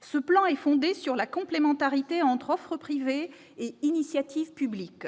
Ce plan est fondé sur la complémentarité entre l'offre privée et l'initiative publique,